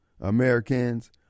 Americans